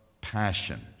passion